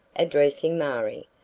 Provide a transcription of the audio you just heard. addressing marie.